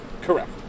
Correct